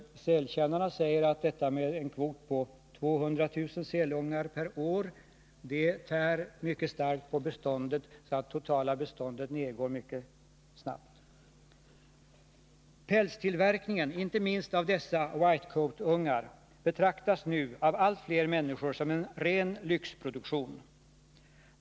Sälkännarna säger att en kvot på 200 000 sälungar per år tär mycket starkt på beståndet, så att det totala beståndet minskar kraftigt. Pälstillverkningen, inte minst baserad på dessa whitecoat-ungar, betraktas nu av allt fler människor som ren lyxproduktion.